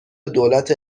دولت